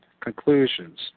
conclusions